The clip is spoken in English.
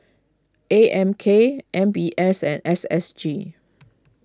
A M K M B S and S S G